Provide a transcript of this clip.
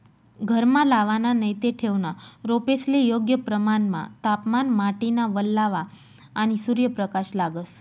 घरमा लावाना नैते ठेवना रोपेस्ले योग्य प्रमाणमा तापमान, माटीना वल्लावा, आणि सूर्यप्रकाश लागस